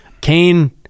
Cain